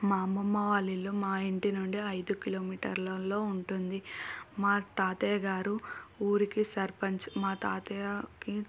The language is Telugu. మా అమ్మమ్మ వాళ్ళ ఇల్లు మా ఇంటి నుండి ఐదు కిలోమీటర్లల్లో ఉంటుంది మా తాతయ్య గారు ఊరికి సర్పంచ్ మా తాతయ్యకి